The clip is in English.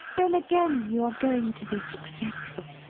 then again you are going to be successful.